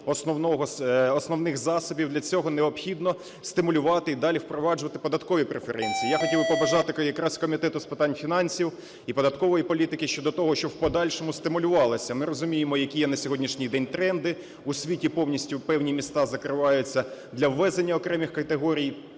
основних засобів для цього необхідно стимулювати і далі впроваджувати податкові преференції. Я хотів би побажати якраз Комітету з питань фінансів і податкової політики щодо того, щоб в подальшому стимулювалося. Ми розуміємо які є на сьогоднішній день тренди, у світі повністю певні міста закриваються для ввезення окремих категорій